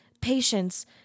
patience